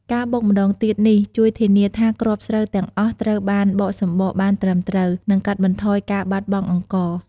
ការបុកម្តងទៀតនេះ ជួយធានាថាគ្រាប់ស្រូវទាំងអស់ត្រូវបានបកសម្បកបានត្រឹមត្រូវ និងកាត់បន្ថយការបាត់បង់អង្ករ។